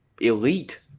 elite